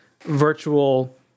virtual